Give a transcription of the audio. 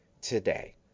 today